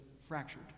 fractured